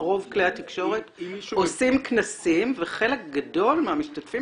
רוב כלי התקשורת עושים כנסים וחלק גדול מהמשתתפים